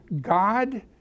God